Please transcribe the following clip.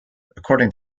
according